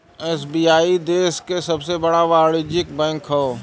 SBI देश क सबसे बड़ा वाणिज्यिक बैंक हौ